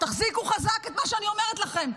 תחזיקו חזק את מה שאני אומרת לכם.